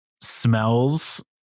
smells